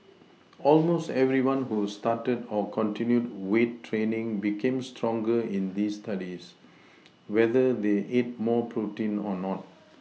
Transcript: almost everyone who started or continued weight training became stronger in these Studies whether they ate more protein or not